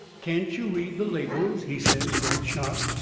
can't you read the labels? he says, right sharp.